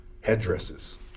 headdresses